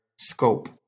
scope